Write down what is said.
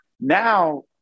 now